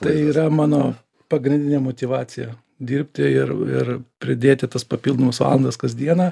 tai yra mano pagrindinė motyvacija dirbti ir ir pridėti tas papildomas valandas kasdieną